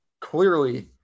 clearly